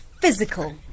physical